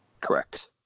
Correct